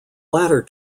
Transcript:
latter